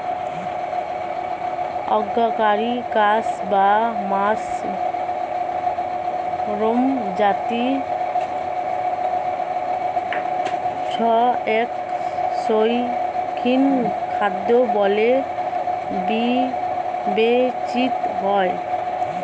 agaricus বা mushroom জাতীয় ছত্রাক শৌখিন খাদ্য বলে বিবেচিত হয়